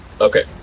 Okay